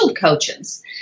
coaches